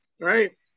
right